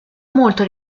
molto